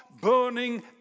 burning